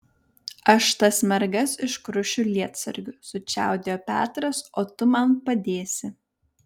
aš tas mergas iškrušiu lietsargiu sučiaudėjo petras o tu man padėsi